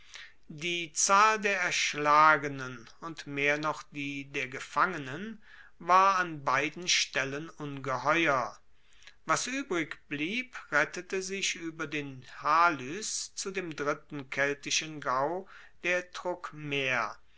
die zahl der erschlagenen und mehr noch die der gefangenen war an beiden stellen ungeheuer was uebrig blieb rettete sich ueber den halys zu dem dritten keltischen gau der